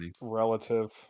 relative